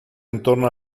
intorno